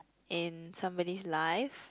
in somebody's life